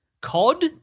COD